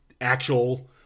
actual